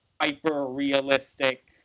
hyper-realistic